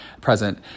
present